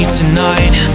tonight